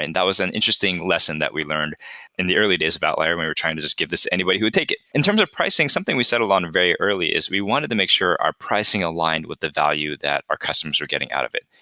and that was in interesting lesson that we learned in the early days of outlier when we're trying to just give this to anybody who would take it. in terms of pricing, something we settled on the very early is we wanted to make sure our pricing aligned with the value that our customers are getting out of it.